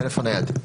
טלפון נייד.